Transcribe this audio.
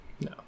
No